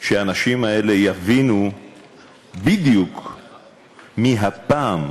שהאנשים האלה יבינו בדיוק מי הפעם,